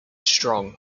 strong